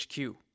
HQ